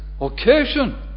occasion